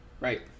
right